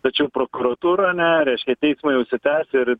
tačiau prokuratūra nereiškia teismai užsitęs ir